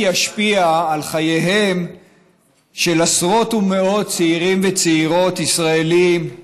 ישפיע על חייהם של עשרות ומאות צעירים וצעירות ישראלים.